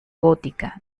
gótica